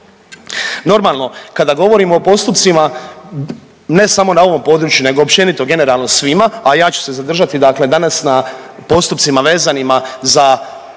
Normalno kada govorimo o postupcima ne samo na ovom području, nego općenito generalno svima, a ja ću se zadržati dakle danas na postupcima vezanima za predmet